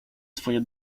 swoje